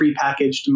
prepackaged